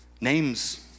Names